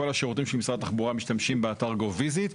כל השירותים של משרד התחבורה משתמשים באתר GoVisit.